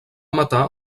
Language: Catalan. matar